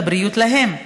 לבריאות להם,